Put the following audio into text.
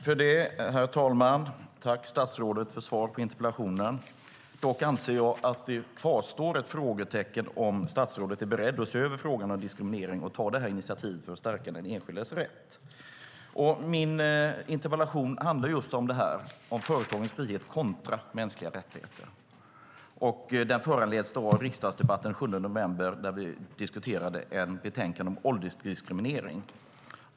Herr talman! Jag tackar statsrådet för svaret på interpellationen. Dock anser jag att det kvarstår ett frågetecken när det gäller om statsrådet är beredd att se över frågan om diskriminering och ta detta initiativ för att stärka den enskildes rätt. Min interpellation handlar just om detta - om företagens frihet kontra mänskliga rättigheter. Den föranleds av en riksdagsdebatt den 7 november då vi diskuterade ett betänkande om åldersdiskriminering.